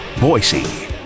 Boise